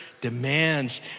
demands